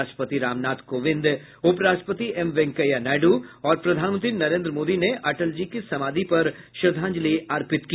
राष्ट्रपति रामनाथ कोविंद उप राष्ट्रपति एम वेंकैया नायडू और प्रधानमंत्री नरेन्द्र मोदी ने अटल जी की समाधि पर श्रद्धांजलि अर्पित की